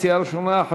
המציעה הראשונה,